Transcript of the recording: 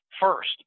first